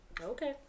Okay